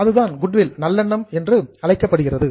அது குட்வில் நல்லெண்ணம் என்று அழைக்கப்படுகிறது